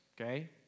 okay